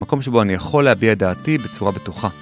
מקום שבו אני יכול להביע את דעתי בצורה בטוחה.